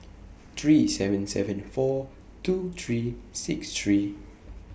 three seven seven four two three six three